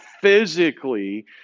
physically